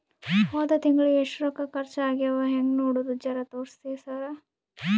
ಹೊದ ತಿಂಗಳ ಎಷ್ಟ ರೊಕ್ಕ ಖರ್ಚಾ ಆಗ್ಯಾವ ಹೆಂಗ ನೋಡದು ಜರಾ ತೋರ್ಸಿ ಸರಾ?